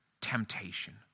temptation